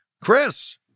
Chris